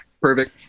Perfect